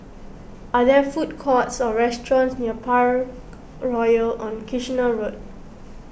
are there food courts or restaurants near Parkroyal on Kitchener Road